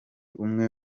umwe